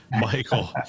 Michael